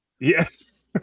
Yes